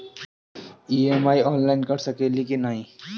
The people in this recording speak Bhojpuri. ई.एम.आई आनलाइन कर सकेनी की ना?